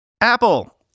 Apple